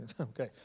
okay